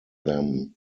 them